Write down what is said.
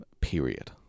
period